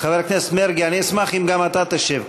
חבר הכנסת מרגי, אשמח אם גם אתה תשב.